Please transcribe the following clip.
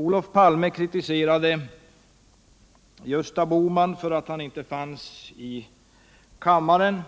Olof Palme kritiserade Gösta Bohman för att han inte var i kammaren. Nyss